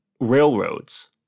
railroads